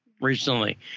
recently